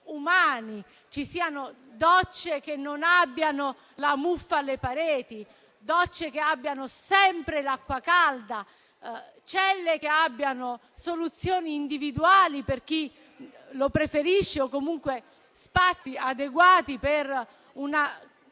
umani, ci siano docce che non abbiano la muffa alle pareti, docce che abbiano sempre l'acqua calda, celle che abbiano soluzioni individuali per chi lo preferisce o comunque spazi adeguati per una